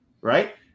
right